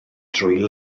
trwy